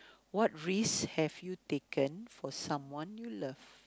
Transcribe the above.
what risk have you taken for someone you love